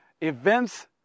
events